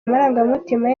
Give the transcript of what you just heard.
amarangamutima